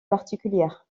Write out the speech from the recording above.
particulières